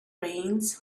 rains